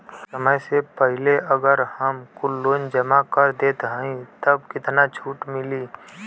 समय से पहिले अगर हम कुल लोन जमा कर देत हई तब कितना छूट मिली?